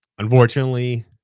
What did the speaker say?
Unfortunately